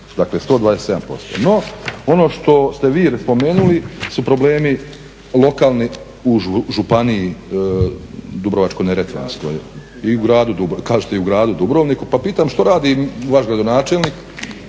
dakle 127%. No ono što ste vi spomenuli su problemi lokalni u Županiji dubrovačko-neretvanskoj, kažete i u gradu Dubrovniku pa pitam što radi vaš gradonačelnik,